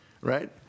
right